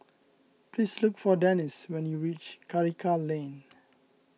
please look for Denis when you reach Karikal Lane